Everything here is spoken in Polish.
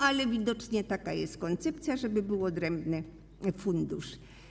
Ale widocznie taka jest koncepcja, żeby był odrębny fundusz.